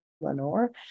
Lenore